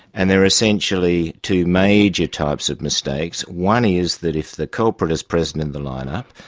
and there are essentially two major types of mistakes. one is that if the culprit is present in the line-up,